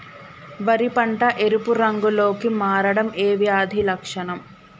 వరి పంట ఎరుపు రంగు లో కి మారడం ఏ వ్యాధి లక్షణం?